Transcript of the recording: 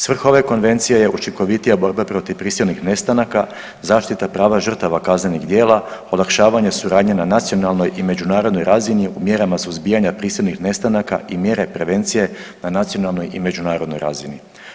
Svrha ove konvencije je učinkovitija borba protiv prisilnih nestanaka, zaštita prava žrtava kaznenih djela, olakšavanje suradnje na nacionalnoj i međunarodnoj razini mjerama suzbijanja prisilnih nestanaka i mjere prevencije na nacionalnoj i međunarodnoj razini.